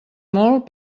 molt